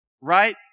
Right